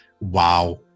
wow